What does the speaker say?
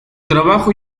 trabajo